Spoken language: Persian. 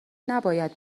نباید